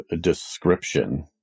description